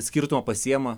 skirtumą pasiima